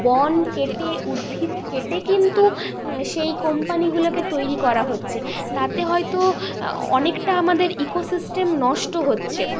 বন কেটে উদ্ভিদ কেটে কিন্তু সেই কোম্পানিগুলোকে তৈরি করা হচ্ছে তাতে হয়তো অনেকটা আমাদের ইকোসিস্টেম নষ্ট হচ্ছে